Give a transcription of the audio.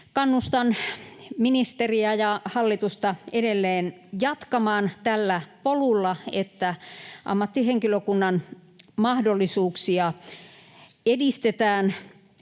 Kannustan ministeriä ja hallitusta edelleen jatkamaan tällä polulla, että edistetään ammattihenkilökunnan mahdollisuuksia kohdentaa